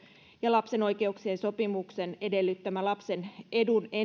ja lapsen oikeuksien sopimuksen edellyttämä lapsen edun